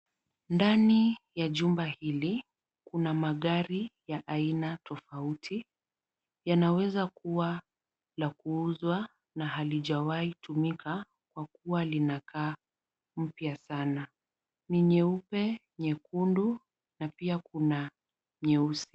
Ndani ya jumba hili, kuna magari ya aina tofauti. Yanaweza kuwa la kuuzwa na halijawahi tumika kwa kuwa linakaa mpya sana. Ni nyeupe, nyekundu na pia kuna nyeusi.